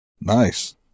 nice